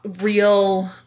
real